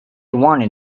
wanted